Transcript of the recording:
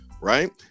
right